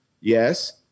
Yes